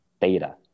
data